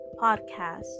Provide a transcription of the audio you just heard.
podcast